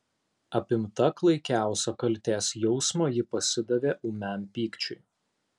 apimta klaikiausio kaltės jausmo ji pasidavė ūmiam pykčiui